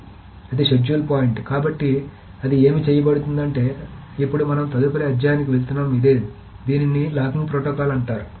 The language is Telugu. కాబట్టి అది షెడ్యూల్ పాయింట్ అది ఏమి చేయబడుతోంది అంటే ఇప్పుడు మనం తదుపరి అధ్యయనానికి వెళ్తున్నది ఇదే దీనిని లాకింగ్ ప్రోటోకాల్ అంటారు